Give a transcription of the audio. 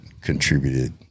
contributed